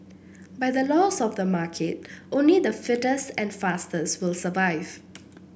by the laws of the market only the fittest and fastest will survive